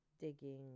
digging